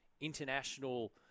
international